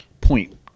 point